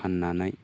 फाननानै